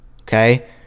okay